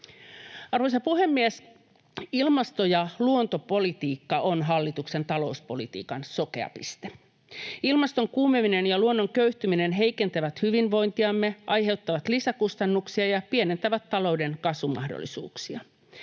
Arvoisa puhemies! Ilmasto- ja luontopolitiikka on hallituksen talouspolitiikan sokea piste. Ilmaston kuumeneminen ja luonnon köyhtyminen heikentävät hyvinvointiamme, aiheuttavat lisäkustannuksia ja pienentävät talouden kasvumahdollisuuksia.